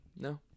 No